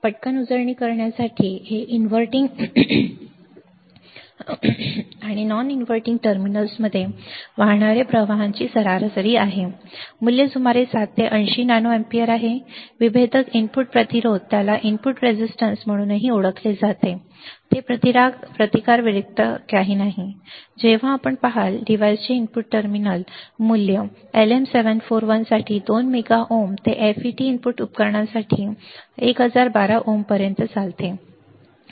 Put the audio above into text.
पटकन उजळणी करण्यासाठी हे इन्व्हर्टिंग आणि नॉन इन्व्हर्टिंग टर्मिनल्समध्ये वाहणाऱ्या प्रवाहाची सरासरी आहे मूल्य सुमारे 7 ते 80 नॅनो अँपिअर आहे विभेदक इनपुट प्रतिरोध ज्याला इनपुट रेझिस्टन्स म्हणूनही ओळखले जाते ते प्रतिकार व्यतिरिक्त काहीही नाही जेव्हा आपण पहाल डिव्हाइसचे इनपुट टर्मिनल मूल्य LM741 साठी 2 मेगा ओम ते FET इनपुट उपकरणांसाठी 1012 ओम पर्यंत चालते